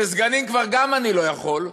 וסגנים כבר גם אני לא יכול,